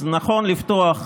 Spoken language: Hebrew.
אז נכון לפתוח,